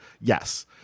yes